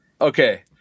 Okay